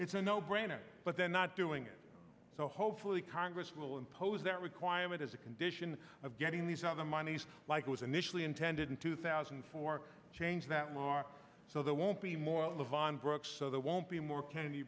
it's a no brainer but they're not doing it so hopefully congress will impose that requirement as a condition of getting these on the monies like it was initially intended in two thousand and four change that law so there won't be more of an brooke so there won't be more candy